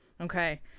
Okay